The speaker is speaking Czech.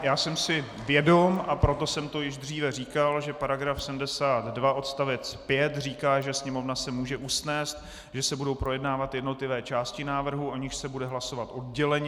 Já jsem si vědom, a proto jsem to již dříve říkal, že § 72 odst. 5 říká, že Sněmovna se může usnést, že se budou projednávat jednotlivé části návrhu, o nichž se bude hlasovat odděleně.